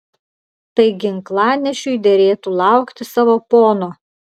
tai ginklanešiui derėtų laukti savo pono